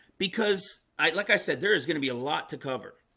because i like i said there is going to be a lot to cover